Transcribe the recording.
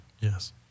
yes